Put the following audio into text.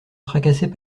tracassait